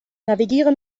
navigiere